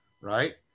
right